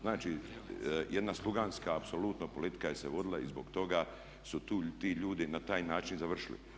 Znači jedna sluganska apsolutno politika je se vodila i zbog toga su tu ti ljudi na taj način završili.